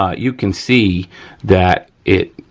ah you can see that it,